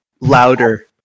louder